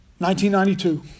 1992